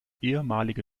ehemalige